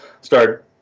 start